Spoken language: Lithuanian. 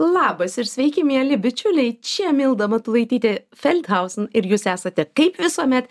labas ir sveiki mieli bičiuliai čia milda matulaitytė feldhausen ir jūs esate kaip visuomet